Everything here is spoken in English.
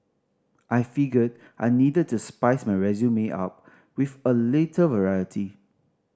I figured I needed to spice my resume up with a little variety